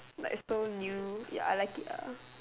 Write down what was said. like so new ya I like it